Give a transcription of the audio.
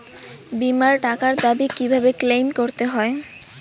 বিমার টাকার দাবি কিভাবে ক্লেইম করতে হয়?